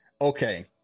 Okay